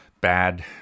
bad